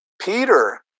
Peter